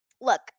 Look